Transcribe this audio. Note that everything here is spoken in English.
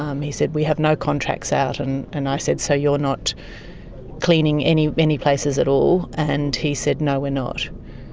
um he said we have no contracts out. and and i said so you're not cleaning any any places at all, and he said no we're not.